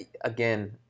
again